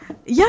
ya